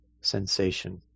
sensation